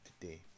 today